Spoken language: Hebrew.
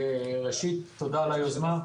ראשית, תודה על היוזמה.